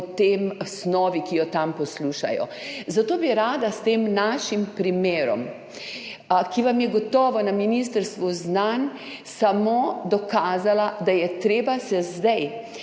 snovi, ki jo tam poslušajo. Zato bi rada s tem našim primerom, ki vam je gotovo na ministrstvu znan, samo dokazala, da je treba zdaj,